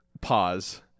Pause